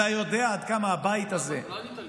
אתה יודע עד כמה הבית הזה, לא ענית לי.